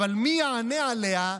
אבל מי יענה עליה,